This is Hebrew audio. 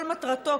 כל מטרתו,